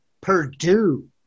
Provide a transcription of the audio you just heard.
Purdue